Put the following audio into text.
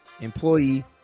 employee